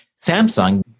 Samsung